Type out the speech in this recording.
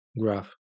graph